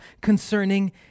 concerning